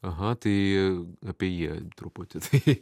aha tai apie jie truputį tai